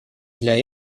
для